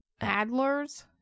Adlers